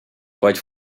pode